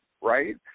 right